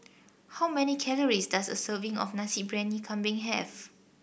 how many calories does a serving of Nasi Briyani Kambing have